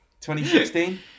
2016